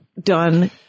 done